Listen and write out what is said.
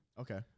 Okay